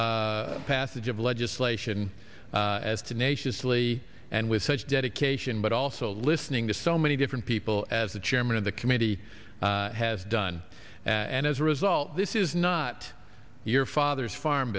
pursued passage of legislation as tenaciously and with such dedication but also listening to so many different people as the chairman of the committee has done and as a result this is not your father's farm